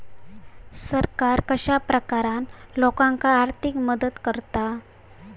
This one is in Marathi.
सरकार कश्या प्रकारान लोकांक आर्थिक मदत करता?